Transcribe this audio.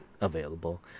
available